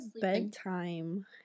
bedtime